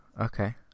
Okay